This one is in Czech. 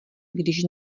když